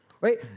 right